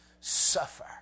suffer